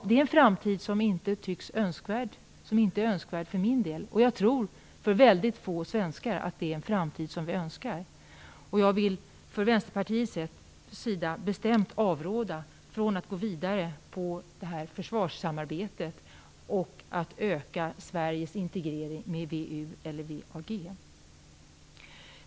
Det är en framtid som inte tycks önskvärd och som inte är önskvärd för min del. Jag tror att det är för väldigt få svenskar detta är en framtid som vi önskar. Jag vill från Vänsterpartiets sida bestämt avråda från att gå vidare med försvarssamarbetet och öka Sveriges integrering med VEU eller WEAG.